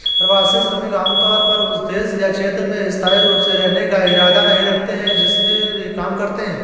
प्रवासी श्रमिक आमतौर पर उस देश या क्षेत्र में स्थायी रूप से रहने का इरादा नहीं रखते हैं जिसमें वे काम करते हैं